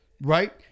Right